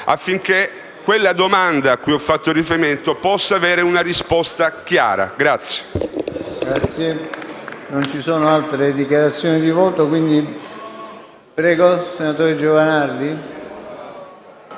affinché la domanda cui ho fatto riferimento possa avere una risposta chiara.